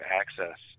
access